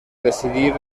decidir